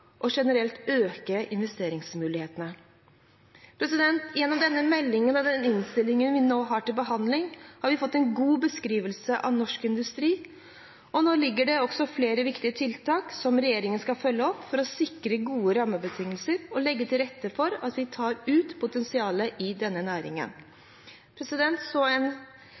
og generelt øke investeringsmulighetene. Gjennom denne meldingen og den innstillingen vi nå har til behandling, har vi fått en god beskrivelse av norsk industri. Nå foreligger det også flere viktige tiltak som regjeringen skal følge opp for å sikre gode rammebetingelser og legge til rette for at vi tar ut potensialet i denne næringen. Så har jeg en